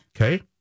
Okay